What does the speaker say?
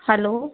hello